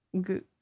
good